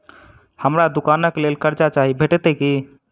हमरा दुकानक लेल कर्जा चाहि भेटइत की?